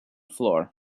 floor